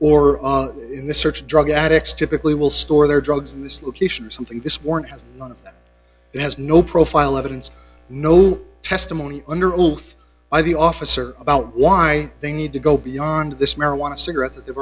or in the search drug addicts typically will store their drugs in this location or something this warrant has none of it has no profile evidence no testimony under oath by the officer about why they need to go beyond this marijuana cigarette that they've